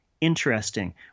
interesting